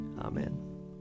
Amen